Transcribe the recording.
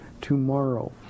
tomorrow